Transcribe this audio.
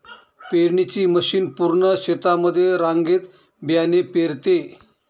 पेरणीची मशीन पूर्ण शेतामध्ये रांगेत बियाणे पेरते